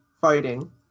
fighting